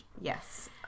yes